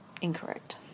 incorrect